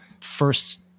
first